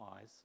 eyes